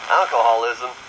alcoholism